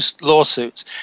lawsuits